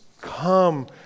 Come